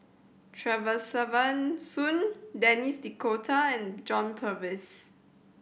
Soon Denis D'Cotta and John Purvis